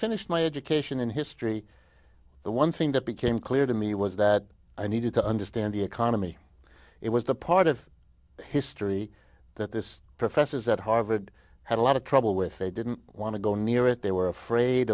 finished my education in history the one thing that became clear to me was that i needed to understand the economy it was the part of history that this professors at harvard had a lot of trouble with they didn't want to go near it they were afraid